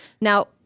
Now